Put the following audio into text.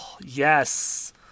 Yes